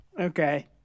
Okay